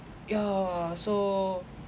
yeah so